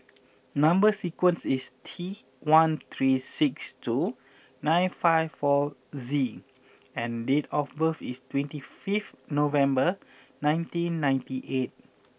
number sequence is T one three six two nine five four Z and date of birth is twenty five November nineteen ninety eight